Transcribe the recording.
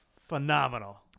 phenomenal